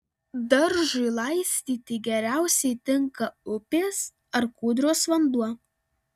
daržui laistyti geriausiai tinka upės ar kūdros vanduo